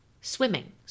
Swimming